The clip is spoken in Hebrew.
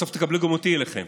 בסוף תקבלו גם אותי אליכם,